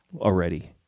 already